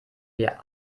wir